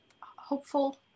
hopeful